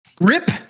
Rip